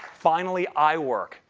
finally, iwork,